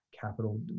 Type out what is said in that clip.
capital